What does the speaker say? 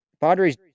Padres